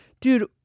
dude